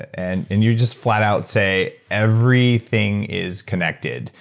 and and you just flat out say every thing is connected,